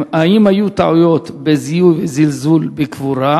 2. האם היו טעויות בזיהוי וזלזול בקבורה?